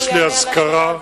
יש לי אזכרה בחיפה,